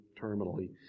terminally